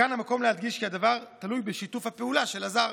כאן המקום להדגיש כי הדבר תלוי בשיתוף הפעולה של הזר.